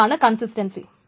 ഇതാണ് കൺസിസ്റ്റൻസി